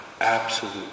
Absolute